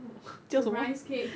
oh 叫 rice cake